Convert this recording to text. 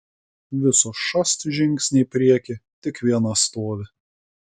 visos šast žingsnį į priekį tik viena stovi